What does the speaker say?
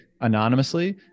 anonymously